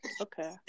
Okay